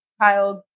child